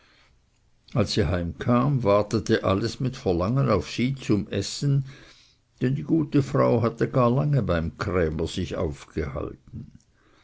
als sie heimkam wartete alles mit verlangen auf sie zum essen denn die gute frau hatte gar lange beim krämer sieh aufgehalten